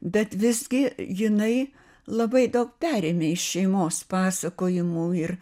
bet visgi jinai labai daug perėmė iš šeimos pasakojimų ir